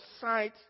sight